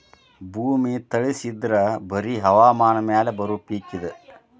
ಭೂಮಿ ತಳಸಿ ಇದ್ರ ಬರಿ ಹವಾಮಾನ ಮ್ಯಾಲ ಬರು ಪಿಕ್ ಇದ